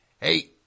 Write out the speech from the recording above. Hey